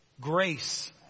grace